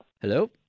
Hello